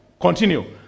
Continue